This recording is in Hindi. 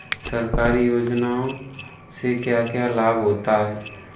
सरकारी योजनाओं से क्या क्या लाभ होता है?